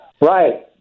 Right